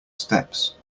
steps